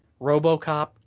RoboCop